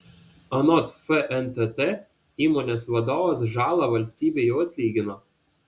anot fntt įmonės vadovas žalą valstybei jau atlygino